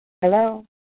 Hello